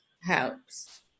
helps